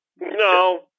No